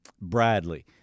Bradley